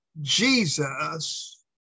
Jesus